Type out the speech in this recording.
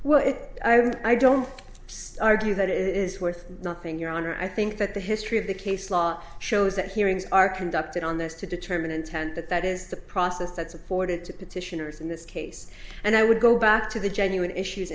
well i don't argue that is worth nothing your honor i think that the history of the case law shows that hearings are conducted on this to determine intent that that is the process that's afforded to petitioners in this case and i would go back to the genuine issues